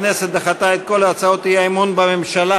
הכנסת דחתה את כל הצעות האי-אמון בממשלה.